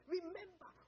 Remember